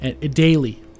daily